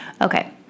Okay